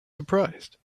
surprised